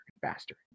faster